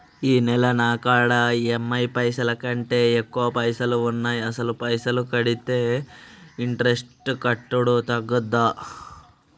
ఈ నెల నా కాడా ఈ.ఎమ్.ఐ కంటే ఎక్కువ పైసల్ ఉన్నాయి అసలు పైసల్ ఎక్కువ కడితే ఇంట్రెస్ట్ కట్టుడు తగ్గుతదా?